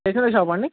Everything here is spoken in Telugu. స్టేషనరీ షాపా అండి